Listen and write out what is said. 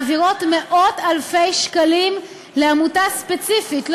הן מעבירות מאות-אלפי שקלים לעמותה ספציפית,